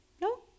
No